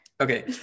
Okay